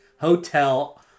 hotel